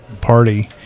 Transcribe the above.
party